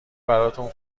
براتون